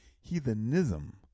heathenism